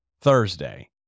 Thursday